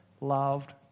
loved